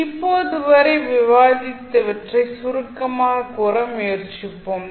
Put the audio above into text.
இப்போது வரை விவாதித்தவற்றை சுருக்கமாகக் கூற முயற்சிப்போம்